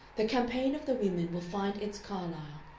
the campaign of the women will find its carlyle,